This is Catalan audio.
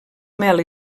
mel